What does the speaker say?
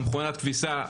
מכונת הכביסה,